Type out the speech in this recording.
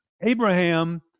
Abraham